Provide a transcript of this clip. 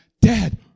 Dad